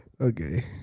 okay